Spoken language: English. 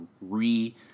re